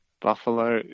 Buffalo